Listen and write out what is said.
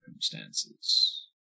circumstances